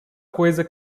coisa